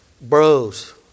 bros